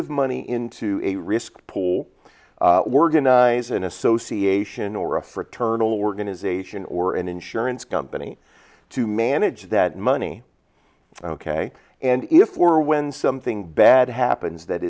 of money into a risk pool organize an association or a fraternal organization or an insurance company to manage that money ok and if or when something bad happens that